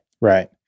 Right